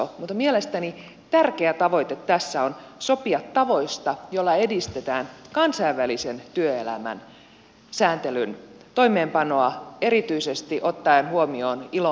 mutta mielestäni tärkeä tavoite tässä on sopia tavoista joilla edistetään kansainvälisen työelämän sääntelyn toimeenpanoa erityisesti ottaen huomioon ilon normit